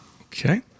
Okay